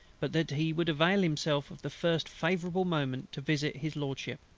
but that he would avail himself of the first favourable moment to visit his lordship.